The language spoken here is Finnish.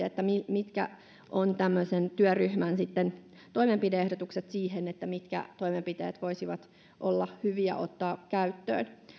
mitkä ovat tämmöisen työryhmän toimenpide ehdotukset siihen mitkä toimenpiteet voisivat olla hyviä ottaa käyttöön